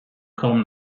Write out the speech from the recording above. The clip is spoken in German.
kaum